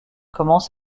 commence